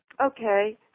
okay